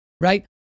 right